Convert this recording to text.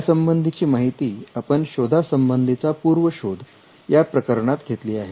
यासंबंधी ची माहिती आपण शोधा संबंधीचा पूर्व शोध या प्रकरणात घेतली आहे